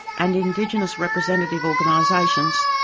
and indigenous representative organisations,